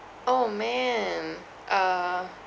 oh man uh